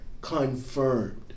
confirmed